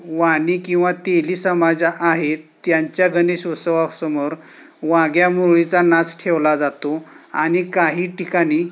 वाणी किंवा तेली समाज आहेत त्यांच्या गणेश उत्सवासमोर वाघ्या मुरळीचा नाच ठेवला जातो आणि काही ठिकाणी